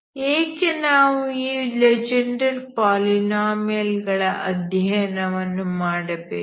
ಏಕೆ ನಾವು ಈ ಲೆಜೆಂಡರ್ ಪಾಲಿನೋಮಿಯಲ್ ಗಳ ಅಧ್ಯಯನವನ್ನು ಮಾಡಬೇಕು